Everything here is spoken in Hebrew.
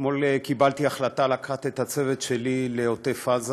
אתמול קיבלתי החלטה לקחת את הצוות שלי לעוטף-עזה